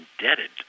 indebted